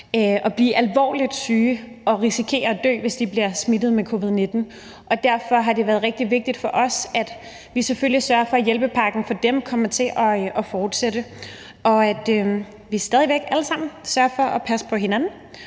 at blive alvorligt syge og risikere at dø, hvis de bliver smittet med covid-19. Derfor har det været rigtig vigtigt for os, at vi selvfølgelig sørger for, at hjælpepakken for dem kommer til at fortsætte, og at vi stadig væk alle sammen sørger for at passe på hinanden.